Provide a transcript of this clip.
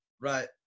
Right